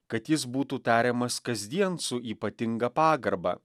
kad jis būtų tariamas kasdien su ypatinga pagarba